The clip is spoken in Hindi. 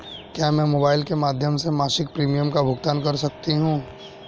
क्या मैं मोबाइल के माध्यम से मासिक प्रिमियम का भुगतान कर सकती हूँ?